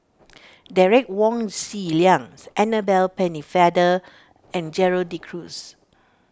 Derek Wong Zi Liang Annabel Pennefather and Gerald De Cruz